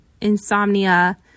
insomnia